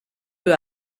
peu